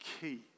key